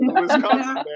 Wisconsin